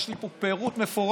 יש לי פה פירוט מפורט